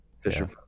Fisher